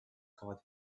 called